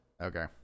Okay